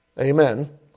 Amen